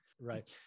right